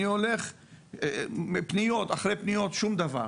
אני הולך עם פניות אחרי פניות ושום דבר,